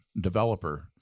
developer